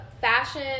fashion